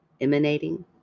emanating